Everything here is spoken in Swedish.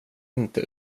inte